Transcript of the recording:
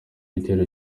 igitero